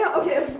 again.